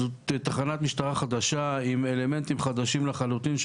זאת תחנת משטרה חדשה עם אלמנטים חדשים לחלוטין,